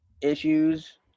issues